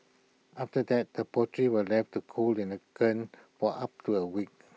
after that the pottery were left to cool in the kiln for up to A week